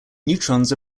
neutrons